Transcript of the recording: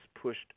pushed